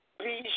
Please